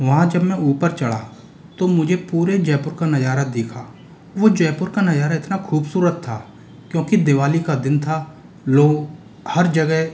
वहाँ जब मैं ऊपर चढ़ा तो मुझे पूरे जयपुर का नज़ारा दिखा वो जयपुर का नज़ारा इतना खूबसूरत था क्योंकि दिवाली का दिन था लोग हर जगह